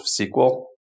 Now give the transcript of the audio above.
SQL